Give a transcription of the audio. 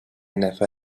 never